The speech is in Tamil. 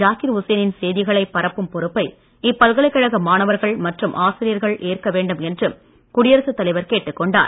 ஜாக்கீர் உசேனின் செய்திகளை பரப்பும் பொறுப்பை இப்பல்கலைக்கழக மாணவர்கள் மற்றும் ஆசிரியர்கள் ஏற்க வேண்டும் என்றும் குடியரசுத் தலைவர் கேட்டுக் கொண்டார்